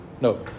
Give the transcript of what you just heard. No